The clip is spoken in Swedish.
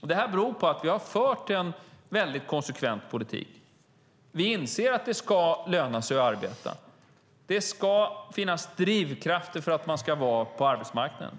Det beror på att vi har fört en konsekvent politik. Vi inser att det ska löna sig att arbeta. Det ska finnas drivkrafter för att man ska vara på arbetsmarknaden.